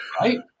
right